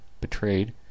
betrayed